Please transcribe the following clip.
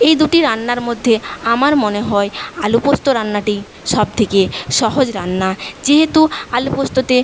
এই দুটি রান্নার মধ্যে আমার মনে হয় আলুপোস্ত রান্নাটি সবথেকে সহজ রান্না যেহেতু আলুপোস্ততে